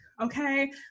Okay